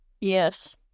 Yes